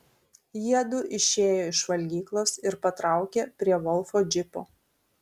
jiedu išėjo iš valgyklos ir patraukė prie volfo džipo